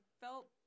felt